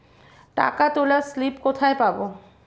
টাকা তোলার স্লিপ কোথায় পাব?